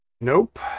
Nope